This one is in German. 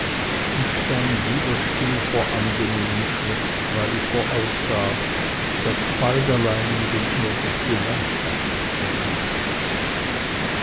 und stand wieder still vor angenehmem schreck weil ich voraussah bald allein neben ihr durch die landschaft zu reiten